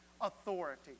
authority